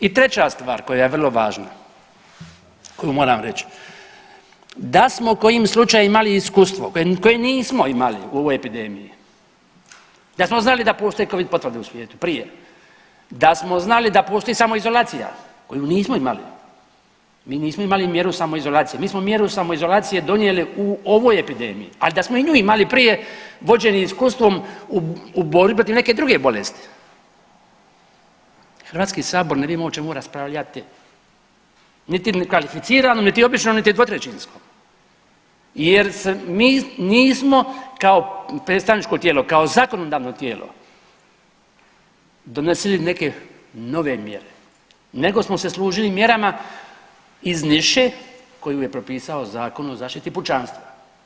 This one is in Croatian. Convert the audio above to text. I treća stvar koja je vrlo važna koju moram reć, da smo kojim slučajem imali iskustvo koje nismo imali u ovoj epidemiji, da smo znali da postoje covid potvrde u svijetu prije, da smo znali da postoji samoizolacija koju nismo imali, mi nismo imali mjeru samoizolacije, mi smo mjeru samoizolacije mi smo mjeru samoizolacije donijeli u ovoj epidemiji, ali da smo i nju imali prije vođeni iskustvom u borbi protiv neke druge bolesti, HS ne bi imao o čemu raspravljati niti kvalificiranom niti obično niti dvotrećinsko jer se mi nismo kao predstavničko tijelo, kao zakonodavno tijelo donosili neke nove mjere nego smo se služili mjerama iz niše koju je propisao Zakon o zaštiti pučanstva.